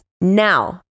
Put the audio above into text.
Now